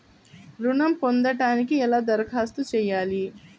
ఋణం పొందటానికి ఎలా దరఖాస్తు చేయాలి?